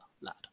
lad